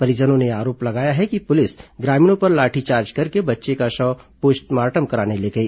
परिजनों ने आरोप लगाया है कि पुलिस ग्रामीणों पर लाठीचार्ज करके बच्चे का शव पोस्टमार्टम कराने ले गई